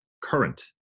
current